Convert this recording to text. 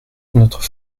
notre